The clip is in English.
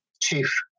chief